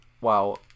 wow